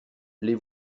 les